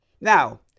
Now